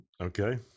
Okay